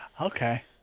Okay